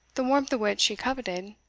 the warmth of which she coveted,